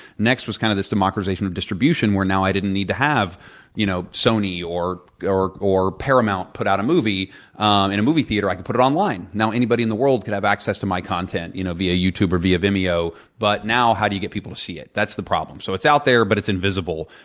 next, was kind of this democratization of distribution where now, i didn't need to have you know sony or or paramount put out a movie in and a movie theater. i could put it online. now, anybody in the world could have access to my content you know via you tube or via vimeo but now, how do you get people to see it? that's the problem. so it's out there, but it's invisible.